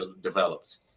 developed